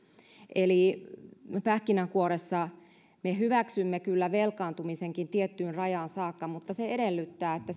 eli pähkinänkuoressa me hyväksymme kyllä velkaantumisenkin tiettyyn rajaan saakka mutta se edellyttää että